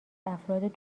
افراد